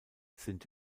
sind